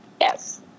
Yes